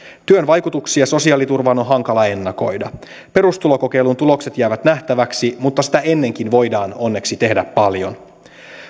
työn vaikutuksia sosiaaliturvaan on hankala ennakoida perustulokokeilun tulokset jäävät nähtäväksi mutta sitä ennenkin voidaan onneksi tehdä paljon